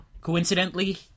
Coincidentally